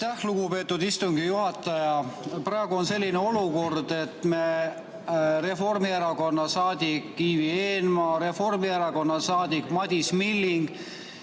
lugupeetud istungi juhataja! Praegu on selline olukord, et Reformierakonna liige Ivi Eenmaa, Reformierakonna liige Madis Milling